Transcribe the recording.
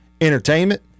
Entertainment